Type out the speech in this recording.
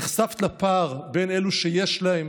נחשפת לפער בין אלו שיש להם